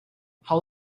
how